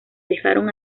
dejaron